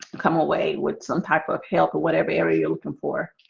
come away with some type of help or whatever are you looking for?